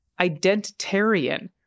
identitarian